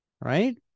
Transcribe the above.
right